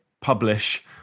publish